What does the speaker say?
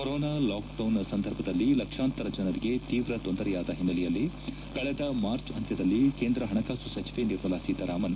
corona lockdown ಸಂದರ್ಭದಲ್ಲಿ ಲಕ್ಷಾಂತರ ಜನರಿಗೆ ತೀವ್ರ ತೊಂದರೆಯಾದ ಹಿನ್ನೆಲೆಯಲ್ಲಿ ಕಳೆದ ಮಾರ್ಚ್ ಅಂತ್ಯದಲ್ಲಿ ಕೇಂದ್ರ ಹಣಕಾಸು ಸಚಿವೆ ನಿರ್ಮಲಾ ಸೀತಾರಾಮನ್